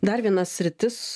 dar viena sritis